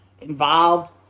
involved